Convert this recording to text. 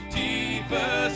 deeper